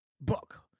book